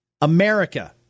america